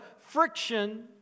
friction